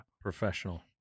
Professional